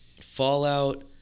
Fallout